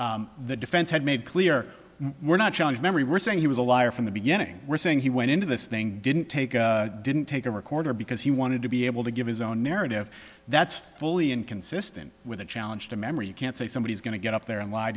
memory the defense had made clear we're not challenge memory we're saying he was a liar from the beginning we're saying he went into this thing didn't take didn't take a recorder because he wanted to be able to give his own narrative that's fully inconsistent with a challenge to memory you can't say somebody is going to get up there and lie